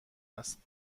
است